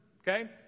Okay